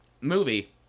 movie